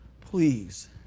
please